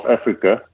Africa